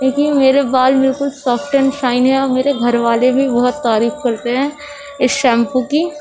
کیونکہ میرے بال بالکل سافٹ اینڈ شائن ہیں اور میرے گھر والے بھی بہت تعریف کرتے ہیں اس شیمپو کی